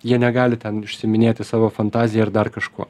jie negali ten užsiiminėti savo fantazija ir dar kažkuo